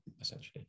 essentially